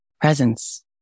presence